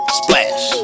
splash